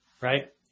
right